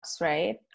right